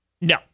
No